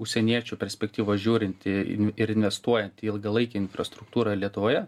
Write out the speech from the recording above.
užsieniečių perspektyvos žiūrint į ir investuojant į ilgalaikę infrastruktūrą lietuvoje